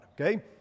okay